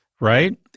right